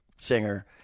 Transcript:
singer